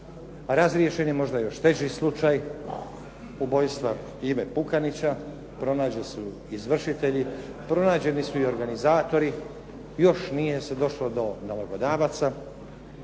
razriješen je možda još teži slučaj ubojstva Ive Pukanića, pronađeni su izvršitelji, pronađeni su i organizatori, još nije se došlo do nalogodavaca,